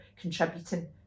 contributing